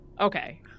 Okay